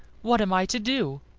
what am i to do?